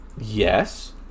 Yes